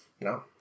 No